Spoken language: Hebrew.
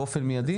באופן מיידי?